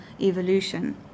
evolution